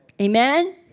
Amen